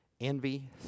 envy